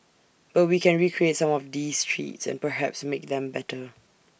but we can recreate some of these treats and perhaps make them better